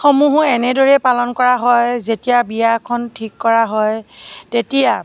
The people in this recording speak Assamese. সমূহো এনেদৰেই পালন কৰা হয় যেতিয়া বিয়া এখন ঠিক কৰা হয় তেতিয়া